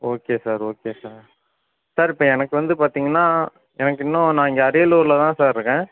okay sir okay sir sir இப்போ எனக்கு வந்து பார்த்தீங்கன்னா எனக்கு இன்னும் நான் இங்கே அறியலூரில் தான் சார் இருக்கேன்